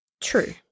True